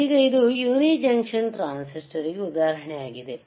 ಆದ್ದರಿಂದ ಈಗ ಇದು ಯುನಿ ಜಂಕ್ಷನ್ ಟ್ರಾನ್ಸಿಸ್ಟರ್ ಗೆ ಉದಾಹರಣೆಯಾಗಿದೆ